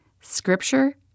scripture